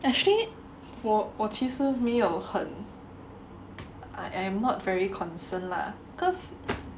actually 我其实没有很 I am not very concerned lah cause